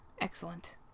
excellent